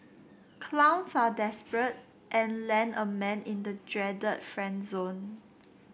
clowns are desperate and land a man in the dreaded friend zone